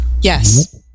Yes